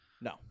No